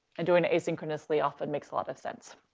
and doing it asynchronously often makes a lot of sense.